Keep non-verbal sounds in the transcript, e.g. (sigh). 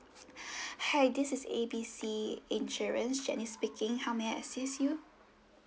(breath) hi this is A B C insurance janice speaking how may I assist you